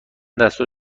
دستور